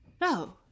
No